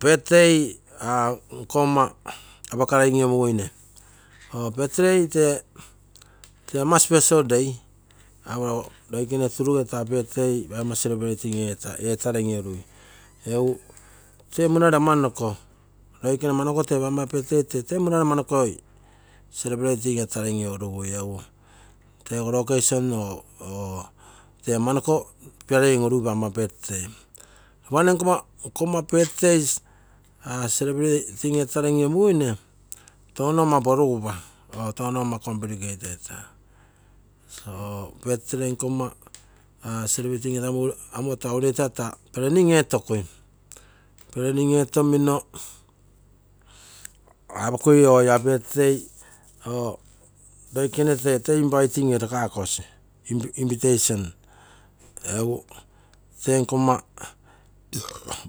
Birthday nkomma apake lolomuguire birthday tee ama special day roikene tee turuge paigomma birthday teimmoi. loikenei amanoko tee paigom ma birthday celebrating eetagui tego location tee amanako piare iniounce paigomma birthday. Lopa nne nkaa birthday celebrating etarei in lomargus ne touno ama porugeps or round ama complicated celebrating etopia ureta planning etokui apokui ia birthday loikene tee toi inviting erakosi tee nkomma